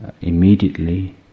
immediately